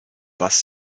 bus